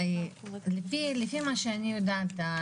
לפי מה שאני יודעת,